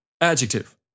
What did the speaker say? Adjective